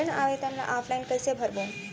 ऋण आवेदन ल ऑफलाइन कइसे भरबो?